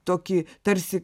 tokį tarsi